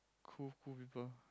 cool cool people